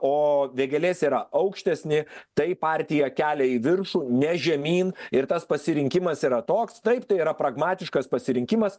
o vėgėlės yra aukštesni tai partija kelia į viršų ne žemyn ir tas pasirinkimas yra toks taip tai yra pragmatiškas pasirinkimas